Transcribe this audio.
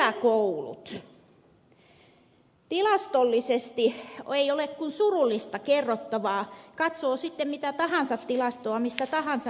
tilastollisesti ei ole kuin surullista kerrottavaa katsoo sitten mitä tahansa tilastoa mistä tahansa näkökulmasta